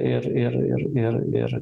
ir ir ir ir ir